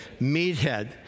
Meathead